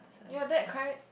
your dad cried